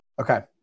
Okay